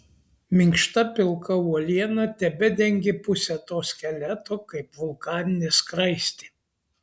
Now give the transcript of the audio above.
minkšta pilka uoliena tebedengė pusę to skeleto kaip vulkaninė skraistė